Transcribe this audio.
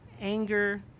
anger